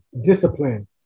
discipline